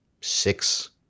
six